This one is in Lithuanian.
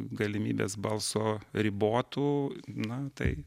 galimybės balso ribotų na tai